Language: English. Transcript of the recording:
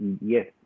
yes